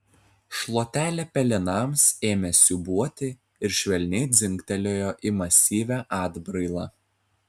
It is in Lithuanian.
šluotelė pelenams ėmė siūbuoti ir švelniai dzingtelėjo į masyvią atbrailą